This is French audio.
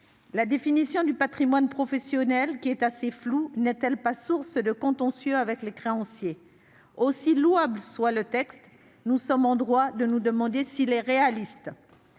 La définition du patrimoine professionnel, qui est assez floue, n'est-elle pas source de contentieux avec les créanciers ? Aussi louable soit ce texte, nous sommes en droit de nous demander s'il est réaliste.